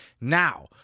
Now